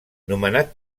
nomenat